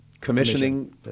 commissioning